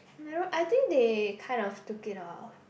no I think they kind of took it off